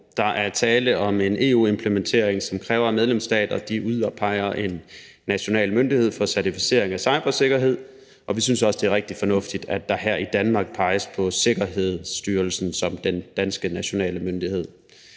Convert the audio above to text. Der er tale om en EU-implementering, som kræver, at medlemsstater udpeger en national myndighed for certificering af cybersikkerhed, og vi synes også, at det er rigtig fornuftigt, at der her i Danmark peges på Sikkerhedsstyrelsen som den danske nationale myndighed.